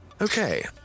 Okay